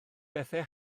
bethau